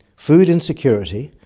food insecurity,